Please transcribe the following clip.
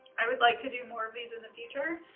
i would like to do more of these in the future.